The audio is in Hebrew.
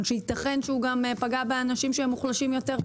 שייתכן שהוא גם פגע באנשים שהם מוחלשים יותר,